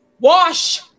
Wash